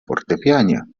fortepianie